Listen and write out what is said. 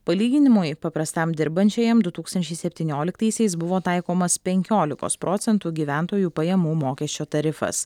palyginimui paprastam dirbančiajam du tūkstančiai septynioliktaisiais buvo taikomas penkiolikos procentų gyventojų pajamų mokesčio tarifas